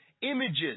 images